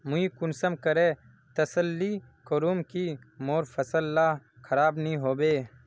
मुई कुंसम करे तसल्ली करूम की मोर फसल ला खराब नी होबे?